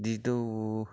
যিটো